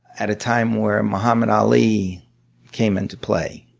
at a time where mohammed ali came into play.